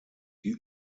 die